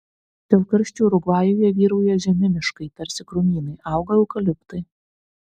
dėl karščių urugvajuje vyrauja žemi miškai tarsi krūmynai auga eukaliptai